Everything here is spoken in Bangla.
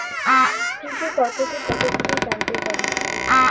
কৃষি পদ্ধতি কতগুলি জানতে চাই?